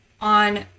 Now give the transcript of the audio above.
on